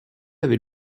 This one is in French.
avec